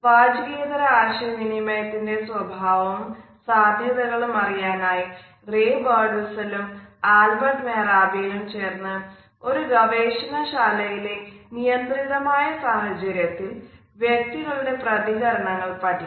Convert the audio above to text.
വാചികേതര ആശയവിനിമയത്തിന്റെ സ്വഭാവവും സാധ്യതകളും അറിയാനായി റേ ബേർഡ്വിസ്റ്റലും ആൽബർട്ട് മെഹ്റാബിയനും ചേർന്നു ഒരു ഗവേഷണശാലയിലെ നിയന്ത്രിതമായ സാഹചര്യത്തിൽ വ്യക്തികളുടെ പ്രതീകരണങ്ങൾ പഠിച്ചു